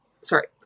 sorry